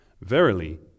Verily